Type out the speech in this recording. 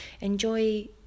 Enjoy